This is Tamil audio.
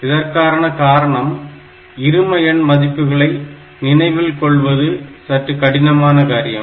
இதற்கான காரணம் இருமஎண் மதிப்புகளை நினைவில் வைத்துக்கொள்வது சற்று கடினமான காரியம்